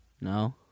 No